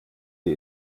die